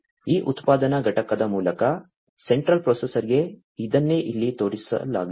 ಈ ಉತ್ಪಾದನಾ ಘಟಕದ ಮೂಲಕ ಸೆಂಟ್ರಲ್ ಪ್ರೊಸೆಸರ್ಗೆ ಇದನ್ನೇ ಇಲ್ಲಿ ತೋರಿಸಲಾಗಿದೆ